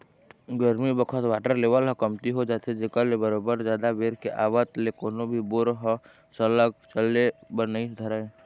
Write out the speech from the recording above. गरमी बखत water level ह कमती हो जाथे जेखर ले बरोबर जादा बेर के आवत ले कोनो भी बोर ह सरलग चले बर नइ धरय